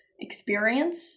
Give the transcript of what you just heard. Experience